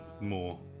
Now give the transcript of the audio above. more